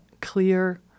clear